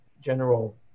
general